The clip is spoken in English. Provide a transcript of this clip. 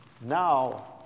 Now